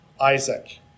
Isaac